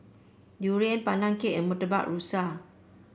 durian Pandan Cake and Murtabak Rusa